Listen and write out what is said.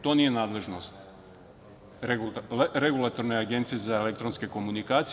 To nije nadležnost Regulatorne agencije za elektronske komunikacije.